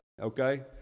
okay